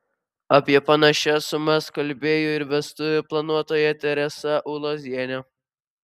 apie panašias sumas kalbėjo ir vestuvių planuotoja teresa ulozienė